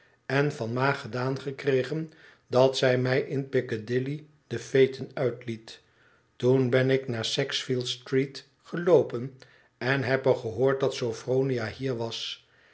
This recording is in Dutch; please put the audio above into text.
en van ma gedaan gekregen dat zij mij in piccadilly den phaeton uitliet toen ben ik naar sackville street geloopen en heb er gehoord dat sophronia hier was